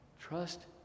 Trust